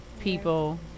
people